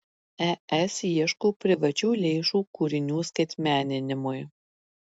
es ieško privačių lėšų kūrinių skaitmeninimui